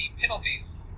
penalties